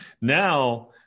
Now